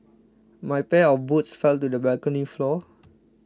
my pair of boots fell to the balcony floor